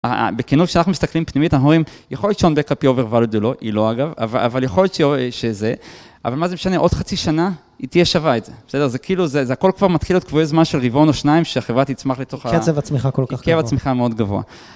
אה... בכנות, כשאנחנו מסתכלים פנימית, אנחנו רואים, יכול להיות ש-OwnBackup היא overvalued או לא, היא לא אגב, אבל יכול להיות שזה, אבל מה זה משנה, עוד חצי שנה, היא תהיה שווה את זה, בסדר? זה כאילו, זה הכל כבר מתחיל להיות קבועי זמן של רבעון או שניים, שהחברה תצמח לתוך ה... קצב הצמיחה כל כך גבוה. כי קצב הצמיחה מאוד גבוה.